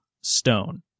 stone